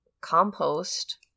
compost